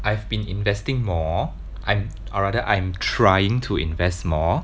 I have been investing more I'm or rather I'm trying to invest more